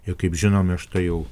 ir kaip žinome štai jau